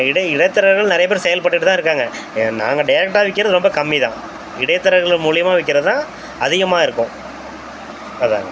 இடை இடைத்தரகர்கள் நிறைய பேர் செயல்பட்டுகிட்டு தான் இருக்காங்க ஏ நாங்கள் டேரெக்டாக விற்கிறது ரொம்ப கம்மி தான் இடைத் தரகர்கள் மூலயமா விற்கிறது தான் அதிகமாக இருக்கும் அதாங்க